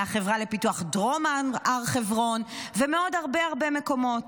מהחברה לפיתוח דרום הר חברון ומעוד הרבה הרבה מקומות.